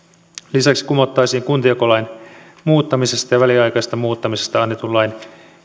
lisäksi kumottaisiin kuntajakolain muuttamisesta ja väliaikaisesta muuttamisesta annetun lain